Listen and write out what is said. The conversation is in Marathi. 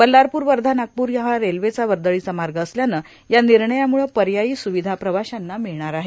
बल्लारपूर वर्धा नागपूर हा रेल्वेचा वर्दळीचा मार्ग असल्यानं या निर्णयामुळं पर्यायी सुविधा प्रवाशांना मिळणार आहे